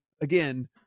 again